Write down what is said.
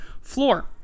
Floor